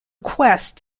quest